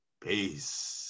peace